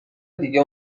دیگه